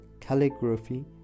calligraphy